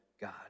God